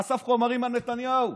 אסף חומרים על נתניהו.